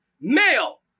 male